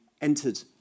entered